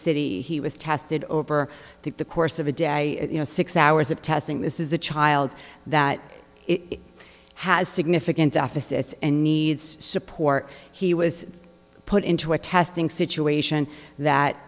city he was tested over the course of a day you know six hours of testing this is a child that it has significant deficits and needs support he was put into a testing situation that